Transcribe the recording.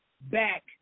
back